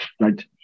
right